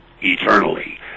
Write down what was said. eternally